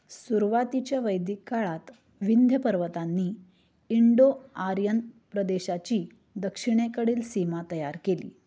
सुरुवातीच्या वैदिक काळात विंध्य पर्वतांनी इंडो आर्यन प्रदेशाची दक्षिणेकडील सीमा तयार केली